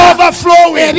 Overflowing